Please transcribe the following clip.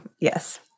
Yes